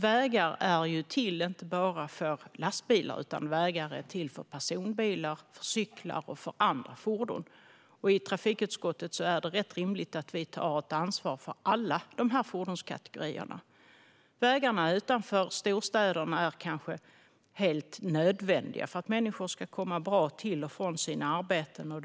Vägar är ju inte bara till för lastbilar utan även för personbilar, cyklar och andra fordon. I trafikutskottet är det rimligt att vi tar ansvar för alla dessa fordonskategorier. Vägarna utanför storstäderna är kanske helt nödvändiga för att människor ska kunna ta sig till och från sina arbeten på ett bra sätt.